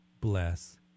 bless